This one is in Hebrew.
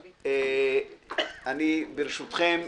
ברשותכם,